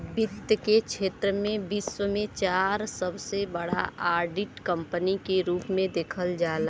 वित्त के क्षेत्र में विश्व में चार सबसे बड़ा ऑडिट कंपनी के रूप में देखल जाला